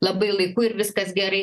labai laiku ir viskas gerai